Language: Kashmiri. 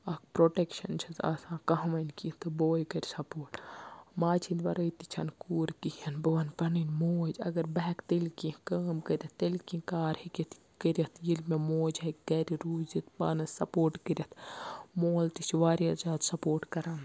اَکھ پروٹیٚکشَن چھس آسان کانہہ وَنہِ کیٚنٛہہ تہٕ بوے کَرِ سَپوٹ ماجہِ ہٕندِ وَرٲے تہِ چھنہٕ کوٗر کِہیٖنۍ بہٕ وَنہٕ پَنٕنۍ موج اگر بہٕ ہٮ۪کہٕ تیلہِ کیٚنٛہہ کٲم کٔرِتھ تیٚلہِ کیٚنٛہہ کار ہیکہِ کٔرِتھ ییٚلہِ مےٚ موج ہیکہِ گَرِ روٗزِتھ پانہٕ سَپوٹ کٔرِتھ مول تہِ چھُ واریاہ زیادٕ سَپوٹ کَران